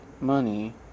money